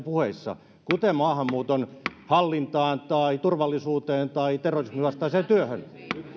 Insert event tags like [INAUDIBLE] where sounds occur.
[UNINTELLIGIBLE] puheissa kuten maahanmuuton hallintaan tai turvallisuuteen tai terrorismin vastaiseen työhön